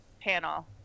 panel